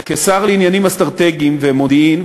כשר לעניינים אסטרטגיים ומודיעין,